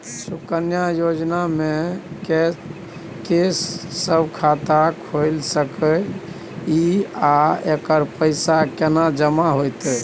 सुकन्या योजना म के सब खाता खोइल सके इ आ एकर पैसा केना जमा होतै?